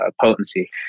potency